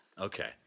Okay